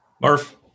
Murph